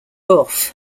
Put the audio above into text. off